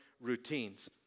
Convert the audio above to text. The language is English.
routines